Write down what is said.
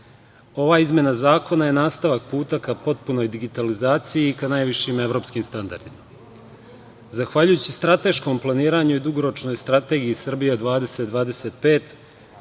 Ova izmena zakona je nastavak puta ka potpunoj digitalizaciji i ka najvišim evropskim standardima. Zahvaljujući strateškom planiranju i dugoročnoj strategiji Srbija 20-25